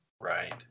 right